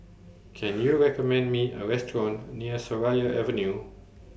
Can YOU recommend Me A Restaurant near Seraya Avenue